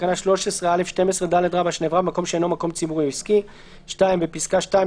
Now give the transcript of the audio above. תקנה 13(א)(12ד) שנעברה במקום שאינו מקום ציבורי או עסקי"; (2)בפסקה (2),